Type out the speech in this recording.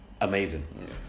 amazing